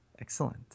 Excellent